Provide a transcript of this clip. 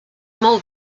mou